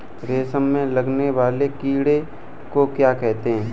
रेशम में लगने वाले कीड़े को क्या कहते हैं?